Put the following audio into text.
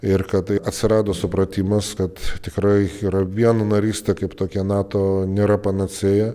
ir kad tai atsirado supratimas kad tikrai yra viena narystė kaip tokia nato nėra panacėja